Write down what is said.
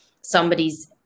somebody's